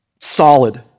solid